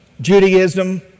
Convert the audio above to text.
Judaism